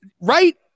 right